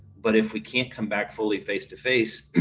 but if we can't come back fully face to face,